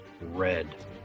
red